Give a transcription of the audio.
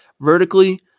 vertically